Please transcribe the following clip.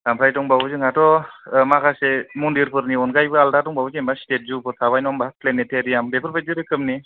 ओमफ्राइ दंबावो जेनोबा जोंहा थ' माखासे मन्दिरफोरनि अनगा आरोबाव आलादा दंबावो नङा होनबा जेनोबा स्तेद जु फोर थाबाय जेनोबा फ्लेनेटेरियाम बेफोर बायदि रोखोमनि